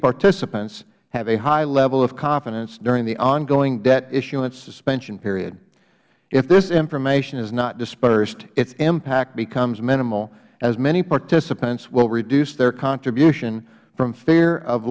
participants have a high level of confidence during the ongoing debt issuance suspension period if this information is not dispersed its impact becomes minimal as many participants will reduce their contribution from fear of